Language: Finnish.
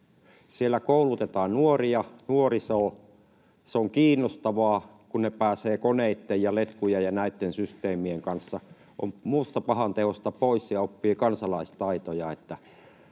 Siellä koulutetaan nuoria, nuorisoa. Se on kiinnostavaa, kun he pääsevät koneitten ja letkujen, näitten systeemien, kanssa toimimaan, ovat muusta pahanteosta pois ja oppivat kansalaistaitoja.